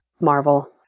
Marvel